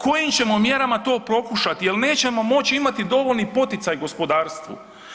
Kojim ćemo mjerama to pokušati jel nećemo moći imati dovoljni poticaj gospodarstvu.